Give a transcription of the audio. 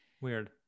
Weird